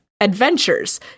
adventures